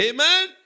Amen